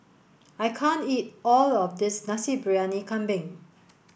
I can't eat all of this Nasi Briyani Kambing